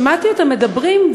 שמעתי אותם מדברים,